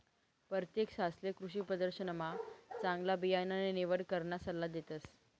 परतेक सालले कृषीप्रदर्शनमा चांगला बियाणानी निवड कराना सल्ला देतस